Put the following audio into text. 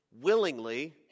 willingly